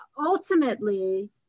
ultimately